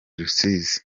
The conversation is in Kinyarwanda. rusizi